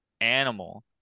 animal